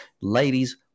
ladies